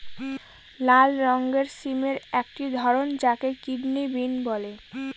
লাল রঙের সিমের একটি ধরন যাকে কিডনি বিন বলে